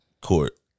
court